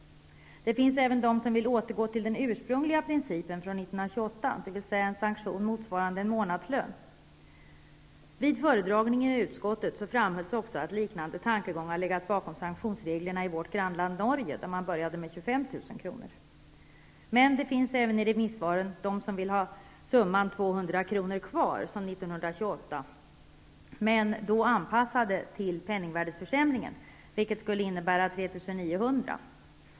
Det finns även de som vill återgå till den ursprungliga principen från 1928, dvs. en sanktion motsvarande en månadslön. Vid föredragningen i utskottet framhölls också att liknande tankegångar legat bakom sanktionsreglerna i vårt grannland Norge, där man började med 25 000 kr. Men det finns även i remissvaren de som vill ha summan 200 kr. kvar, som 1928, men då anpassad till penningvärdesförsämringen, vilket skulle innebära 3 900 kr.